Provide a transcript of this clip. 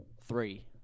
Three